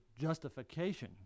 justification